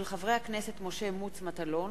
של חברי הכנסת משה מטלון,